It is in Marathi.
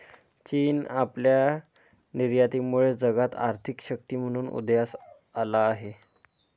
चीन आपल्या निर्यातीमुळे जगात आर्थिक शक्ती म्हणून उदयास आला आहे